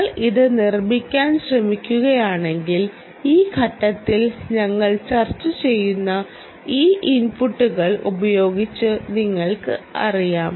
നിങ്ങൾ ഇത് നിർമ്മിക്കാൻ ശ്രമിക്കുകയാണെങ്കിൽ ഈ ഘട്ടത്തിൽ ഞങ്ങൾ ചർച്ച ചെയ്യുന്ന ഈ ഇൻപുട്ടുകൾ ഉപയോഗിച്ച് നിങ്ങൾക്കറിയാം